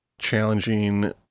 challenging